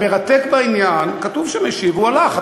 המרתק בעניין, כתוב שמשיב, והוא הלך.